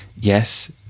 yes